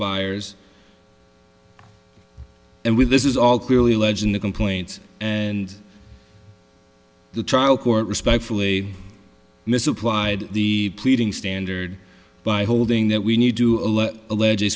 buyers and with this is all clearly ledge in the complaint and the trial court respectfully misapplied the pleading standard by holding that we need to allege a